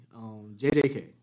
JJK